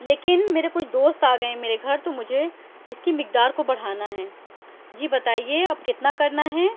لیکن میرے کچھ دوست آگئے میرے گھر تو مجھے اس کی مقدار کو بڑھانا ہے جی بتائیے اب کتنا کرنا ہے